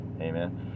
Amen